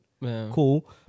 cool